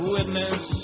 Witness